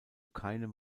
keinem